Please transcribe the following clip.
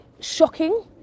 shocking